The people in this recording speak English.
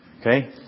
Okay